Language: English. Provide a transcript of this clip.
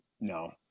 no